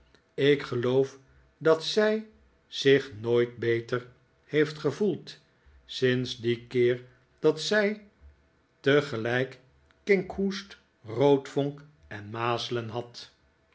ik geloof dat zij zich nooit beter heeft gevoeld sinds dien keer dat zij tegelijk kinkhoest roodvonk en mazelen had